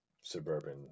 suburban